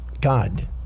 God